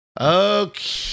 Okay